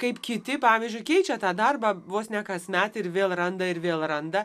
kaip kiti pavyzdžiu keičia tą darbą vos ne kasmet ir vėl randa ir vėl randa